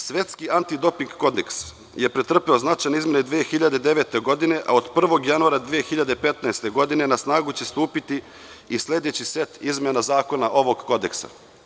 Svetski antidoping kodeks je pretrpeo značajne izmene 2009. godine, a od 1. januara 2015. godine na snagu će stupiti i sledeći set izmena zakona ovog kodeksa.